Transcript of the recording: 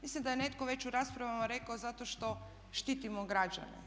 Mislim da je netko već u raspravama rekao zato što štitimo građane.